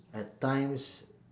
at times